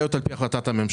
זכאיות על פי החלטת הממשלה.